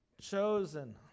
Chosen